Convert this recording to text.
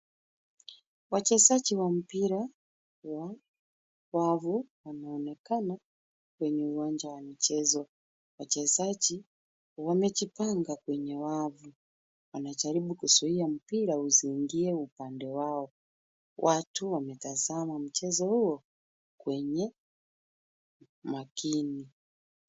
Wachezaji wa mpira wa wavu wanaonekana kwenye uwanja wa michezo, wachezaji wamejipanga kwenye uwanja, wanajaribu kuzuia mpira usiingie upande wao, watu wametazama mchezo huo kwenye makini.